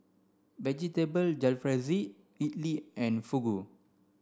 Vegetable Jalfrezi Idili and Fugu